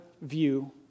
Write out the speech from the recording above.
view